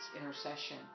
intercession